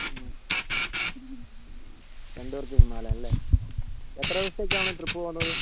രണ്ടു പേർക്ക് ഹിമാലയൻ അല്ലേ എത്ര ദിവസത്തേക്കാണ് ട്രിപ്പ് പോവുന്നത്